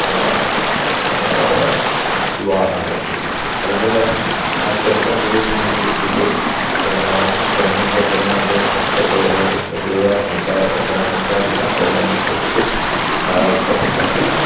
ഉള്ള വിവാഹങ്ങൾ അതിൽ ആ ചെറുക്കൻ പോയി പെണ്ണിൻ്റെ വീട്ടിൽ പോയി പെണ്ണ് കാണും പെണ്ണും ചെറുക്കനുമായിട്ട് ഇഷ്ടപ്പെടും ഇഷ്ടപ്പെടുക സംസാരം കുറച്ചുനേരം സംസാരിക്കുക അപ്പോൾ തന്നെ ഇഷ്ടപ്പെട്ടു ഇഷ്ടപ്പെട്ടെങ്കിൽ